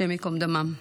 השם ייקום דמם.